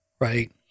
right